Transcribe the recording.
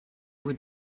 would